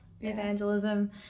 evangelism